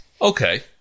Okay